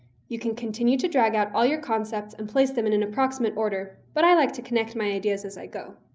you can continue to drag out all your concepts and place them in an approximate order, but i like to connect my ideas as i go.